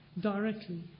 directly